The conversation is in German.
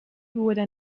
wurde